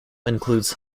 includes